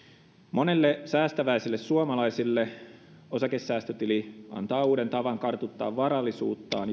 monelle säästäväiselle suomalaiselle osakesäästötili antaa uuden tavan kartuttaa varallisuuttaan